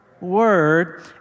word